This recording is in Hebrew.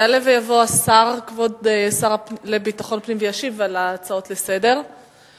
יעלה ויבוא כבוד השר לביטחון פנים וישיב על ההצעות לסדר-היום.